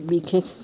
বিশেষ